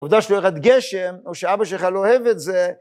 עובדה שלא ירד גשם, או שאבא שלך לא אוהב את זה.